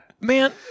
Man